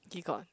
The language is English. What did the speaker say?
he got